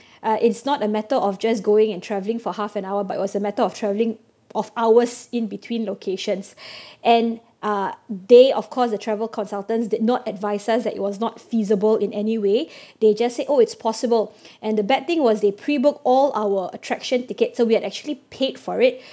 uh it's not a matter of just going and travelling for half an hour but was a matter of travelling of hours in between locations and uh they of course the travel consultants did not advise us that it was not feasible in anyway they just say oh it's possible and the bad thing was they pre-booked all our attraction tickets so we had actually paid for it